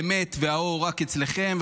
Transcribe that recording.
האמת והאור רק אצלכם,